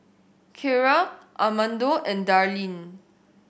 Kiera Armando and Darlyne